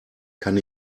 kann